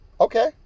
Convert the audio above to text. Okay